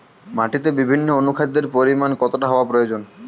মাটিতে বিভিন্ন অনুখাদ্যের পরিমাণ কতটা হওয়া প্রয়োজন?